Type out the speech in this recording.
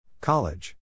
College